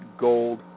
Gold